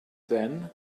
then